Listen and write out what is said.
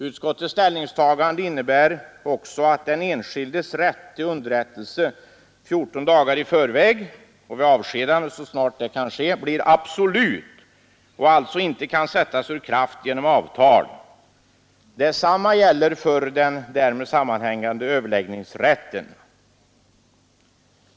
Utskottets ställningstagande innebär också att den enskildes rätt till underrättelse 14 dagar i förväg — och vid avskedande så snart det kan ske — blir absolut och alltså inte kan sättas ur kraft genom avtal. Detsamma gäller för den därmed sammanhängande överläggningsrätten.